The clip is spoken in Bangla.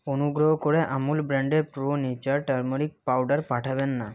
অনুগ্রহ করে আমূল ব্র্যান্ডের প্রো নেচার টারমেরিক পাউডার পাঠাবেন না